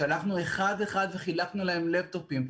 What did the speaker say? שהלכנו אחד-אחד וחילקנו להם לֶפְּטוֹפּים.